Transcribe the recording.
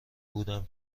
بودم